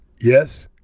yes